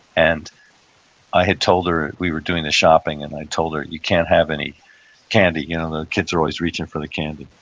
and i had told her, we were doing the shopping, and i had told her you can't have any candy. you know the kids are always reaching for the candy.